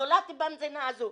נולדתי במדינה הזו,